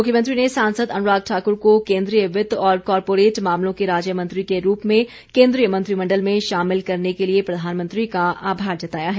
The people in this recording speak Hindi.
मुख्यमंत्री ने सांसद अनुराग ठाकुर को केन्द्रीय वित्त और कॉरपोरेट मामलों के राज्य मंत्री के रूप में केन्द्रीय मंत्रिमण्डल में शामिल करने के लिए प्रधानमंत्री का आभार जताया है